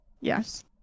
Yes